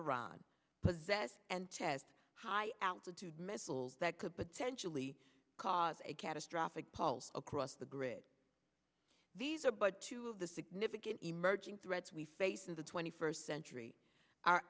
iran possess and test high altitude missiles that could potentially cause a catastrophic pulse across the grid these are but two of the significant emerging threats we face in the twenty four century